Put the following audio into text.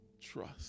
trust